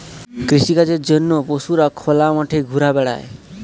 কৃষিকাজের জন্য পশুরা খোলা মাঠে ঘুরা বেড়ায়